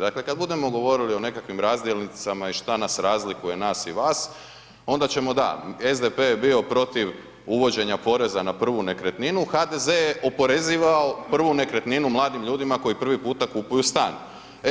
Dakle, kad budemo govorili o nekakvim razdjelnicama i šta nas razlikuje nas i vas onda ćemo da, SDP je bio protiv uvođenja poreza na prvu nekretninu, HDZ je oporezivao prvu nekretninu mladim ljudima koji prvi puta kupuju stan,